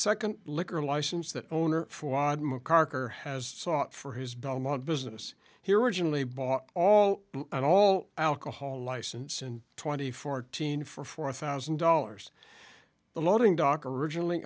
second liquor license that owner for wod mccarter has sought for his belmont business here originally bought all and all alcohol license and twenty fourteen for four thousand dollars the loading dock originally